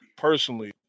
Personally